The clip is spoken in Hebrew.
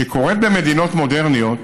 שקורית במדינות מודרניות,